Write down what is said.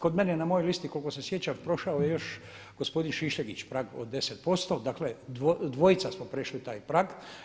Kod mene na mojoj listi koliko se sjećam prošao je još gospodin Šišljagić prag od 10%, dakle dvojica smo prešli taj prag.